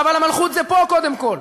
אבל המלכות היא פה קודם כול.